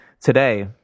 today